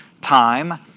time